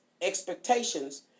expectations